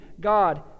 God